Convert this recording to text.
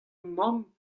mamm